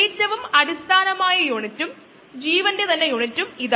ഒരാൾ ചോദിക്കാൻ താൽപ്പര്യപ്പെടുന്ന ഒരു അടിസ്ഥാന ഡിസൈൻ ചോദ്യമായിരിക്കും അത്